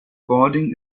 boarding